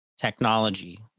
technology